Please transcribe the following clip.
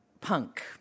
punk